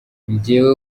njyewe